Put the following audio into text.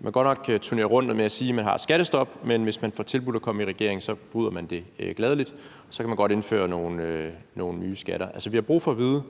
Man har godt nok turneret rundt med, at man har et skattestop, men hvis man bliver tilbudt at komme i regering, bryder man det gladelig, og så kan man godt indføre nogle nye skatter. Altså, vi har brug for at vide,